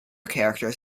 characters